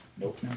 Nope